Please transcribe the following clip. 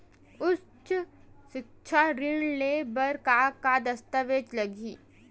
उच्च सिक्छा ऋण ले बर का का दस्तावेज लगही?